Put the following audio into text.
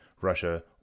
Russia